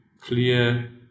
clear